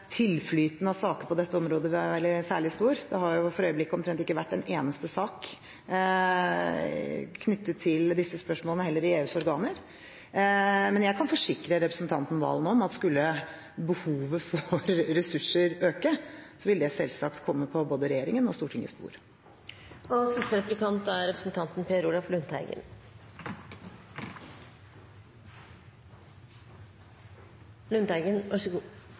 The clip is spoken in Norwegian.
tilflyten av saker på dette området vil være særlig stor. Det har for øyeblikket omtrent ikke vært en eneste sak knyttet til disse spørsmålene heller i EUs organer. Men jeg kan forsikre representanten Valen om at skulle behovet for ressurser øke, vil det selvsagt komme på både regjeringen og Stortingets bord. Representanten Limi, som er